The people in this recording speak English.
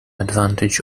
advantage